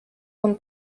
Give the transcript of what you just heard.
von